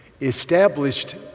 established